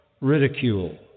ridicule